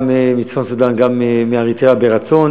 גם מצפון-סודאן וגם מאריתריאה מרצון.